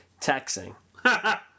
texting